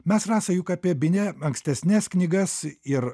mes rasa juk apie bine ankstesnes knygas ir